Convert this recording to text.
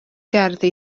gerddi